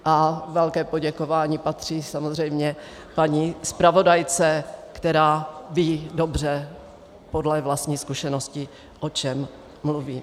A velké poděkování patří samozřejmě paní zpravodajce, která ví dobře podle vlastních zkušeností, o čem mluví.